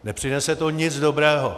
Nepřinese to nic dobrého.